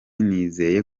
nizeye